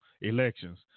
elections